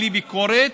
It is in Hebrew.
בלי ביקורת,